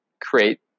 create